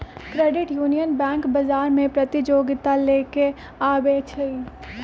credit union bank बजार में प्रतिजोगिता लेके आबै छइ